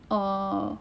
err